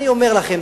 אני אומר לכם,